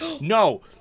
no